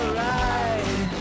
ride